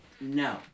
No